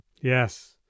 Yes